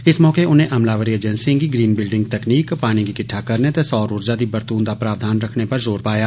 इस मौके उनें अमलावरी एजेंसिएं गी ळतममद ठनपसकपदह तकनीक पानी गी किट्ठा करने ते सौर ऊर्जा दी बरतून दा प्रावधान रक्खने पर जोर पाया